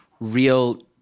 real